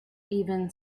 even